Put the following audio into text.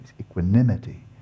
equanimity